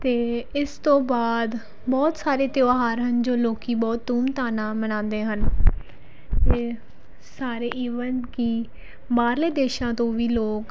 ਅਤੇ ਇਸ ਤੋਂ ਬਾਅਦ ਬਹੁਤ ਸਾਰੇ ਤਿਉਹਾਰ ਹਨ ਜੋ ਲੋਕ ਬਹੁਤ ਧੂਮਧਾਮ ਨਾਲ ਮਨਾਉਂਦੇ ਹਨ ਇਹ ਸਾਰੇ ਈਵਨ ਕਿ ਬਾਹਰਲੇ ਦੇਸ਼ਾਂ ਤੋਂ ਵੀ ਲੋਕ